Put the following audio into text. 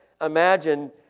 imagine